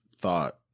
thought